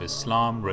Islam